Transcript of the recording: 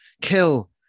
kill